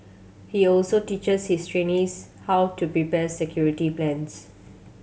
he also teaches his trainees how to prepare security plans